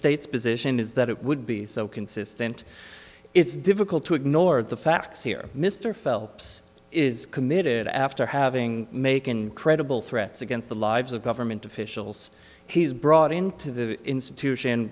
state's position is that it would be so consistent it's difficult to ignore the facts here mr phelps is committed after having make incredible threats against the lives of government officials he's brought into the institution